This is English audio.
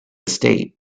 state